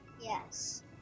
Yes